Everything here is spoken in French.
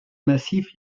massifs